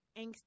angst